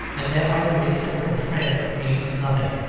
and that our reciprocal friend means nothing.